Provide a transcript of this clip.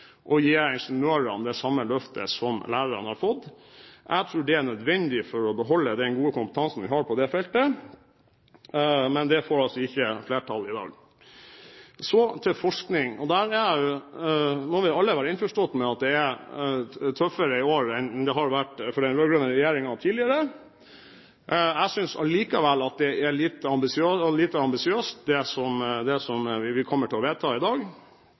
å gi ingeniørene det samme løftet som lærerne har fått. Jeg tror det er nødvendig for å beholde den gode kompetansen vi har på det feltet. Men det får altså ikke flertall i dag. Så til forskning. Nå vil alle være innforstått med at det er tøffere i år enn det har vært for den rød-grønne regjeringen tidligere. Jeg synes likevel det er lite ambisiøst det vi kommer til å vedta i dag.